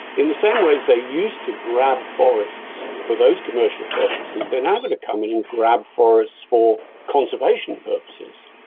in the same ways they used to grab forests for those commercial purposes, they are now going to come in and grab forests for conservation purposes.